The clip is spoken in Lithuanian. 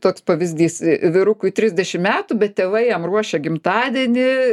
toks pavyzdys vyrukui trisdešim metų bet tėvai jam ruošia gimtadienį